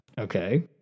okay